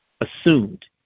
assumed